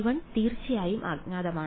ϕ1 തീർച്ചയായും അജ്ഞാതമാണ്